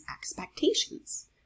expectations